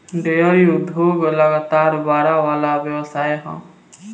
dairy उद्योग लगातार बड़ेवाला व्यवसाय ह